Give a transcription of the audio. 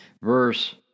verse